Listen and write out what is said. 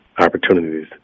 opportunities